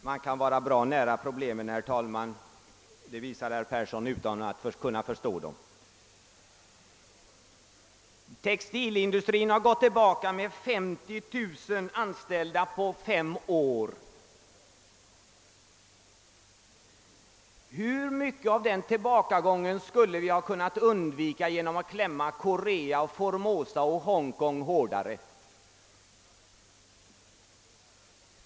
Herr talman! Man kan vara bra nära problemen utan att ändå förstå dem — det visar herr Persson i Heden. Textilindustrin har gått tillbaka med 50 000 anställda på fem år. Hur mycket av den tillbakagången skulle vi ha kunnat undvika genom att >klämma» Korea, Formosa och Hongkong hårdare?